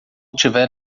tiver